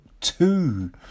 two